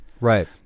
Right